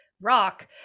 rock